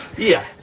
yeah.